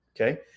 okay